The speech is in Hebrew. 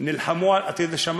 נלחמו על שקיפות,